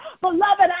Beloved